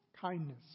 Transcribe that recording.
Kindness